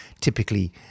typically